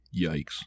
Yikes